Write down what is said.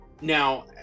now